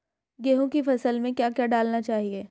गेहूँ की फसल में क्या क्या डालना चाहिए?